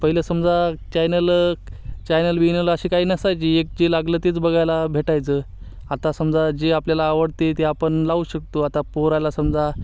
पहिलं समजा channel channel विनल अशी काही नसायची एक जे लागलं तेच बघायला भेटायचं आता समजा जे आपल्याला आवडते ते आपण लावू शकतो आता पोहरायला समजा